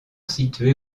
situé